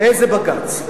איזה בג"ץ?